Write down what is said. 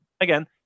again